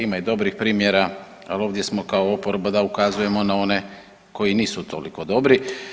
Ima i dobrih primjera, ali ovdje smo kao oporba da ukazujemo na one koji nisu toliko dobri.